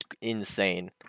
insane